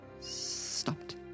stopped